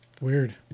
Weird